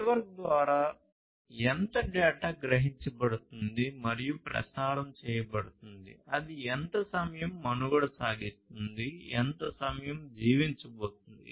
network ద్వారా ఎంత data గ్రహించబడుతోంది మరియు ప్రసారం చేయబడుతోంది అది ఎంత సమయం మనుగడ సాగిస్తుంది ఎంత సమయం జీవించబోతోంది